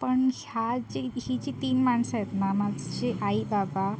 पण ह्या जी ही जी तीन माणसं आहेत ना माझे आई बाबा